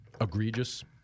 egregious